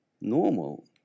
normal